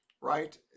right